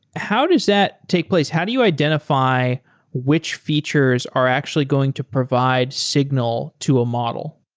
how does that take place? how do you identify which features are actually going to provide signal to a model?